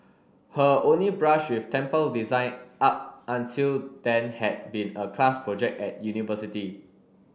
her only brush with temple design up until then had been a class project at university